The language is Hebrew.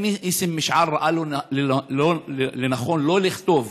אם ניסים משעל ראה לנכון לא לכתוב